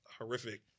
horrific